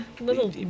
little